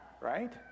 right